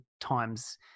times